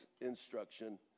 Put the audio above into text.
instruction